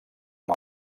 amb